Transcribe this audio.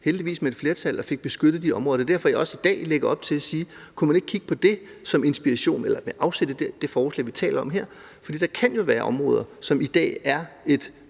heldigvis med et flertal, og fik beskyttet de områder. Det er derfor, at jeg også i dag lægger op til at sige: Kunne man ikke kigge på det med afsæt i det forslag, vi taler om her, fordi der jo kan være områder, som i dag ligger